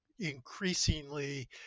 Increasingly